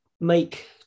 make